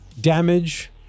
damage